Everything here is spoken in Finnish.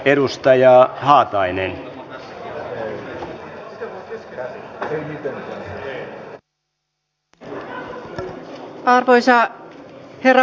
arvoisa herra puhemies